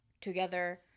together